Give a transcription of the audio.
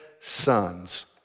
sons